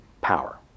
power